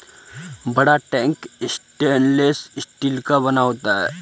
बड़ा tank stainless steel का बना होता है